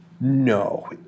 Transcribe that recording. No